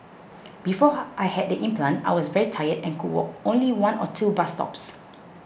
before I had the implant I was very tired and could walk only one or two bus stops